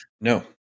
No